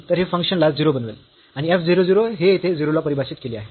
तर हे फंक्शन ला 0 बनवेल f 0 0 हे येथे 0 ला परिभाषित केले आहे